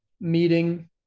meeting